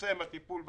מצטמצם הטיפול באחרים.